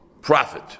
profit